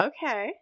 Okay